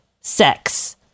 sex